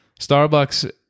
Starbucks